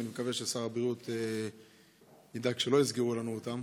ואני מקווה ששר הבריאות ידאג שלא יסגרו לנו אותם,